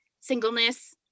singleness